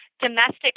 domestic